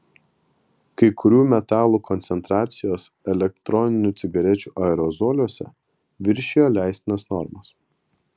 kai kurių metalų koncentracijos elektroninių cigarečių aerozoliuose viršijo leistinas normas